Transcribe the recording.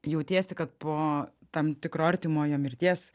jautiesi kad po tam tikro artimojo mirties